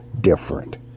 different